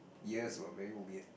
years were very weird